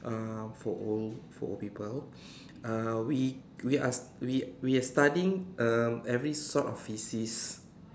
uh for old for old people uh we we are we we are studying um every sort of feces